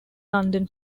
london